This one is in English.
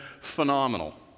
phenomenal